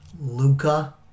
Luca